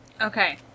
Okay